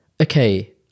Okay